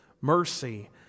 mercy